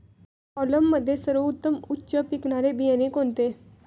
कोलममध्ये सर्वोत्तम उच्च पिकणारे बियाणे कोणते?